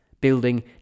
building